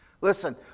Listen